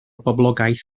boblogaeth